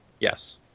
Yes